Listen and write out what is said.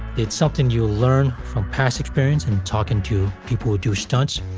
it's something you'll learn from past experience and talking to people who do stunts.